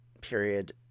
period